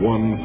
One